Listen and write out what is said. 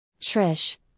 Trish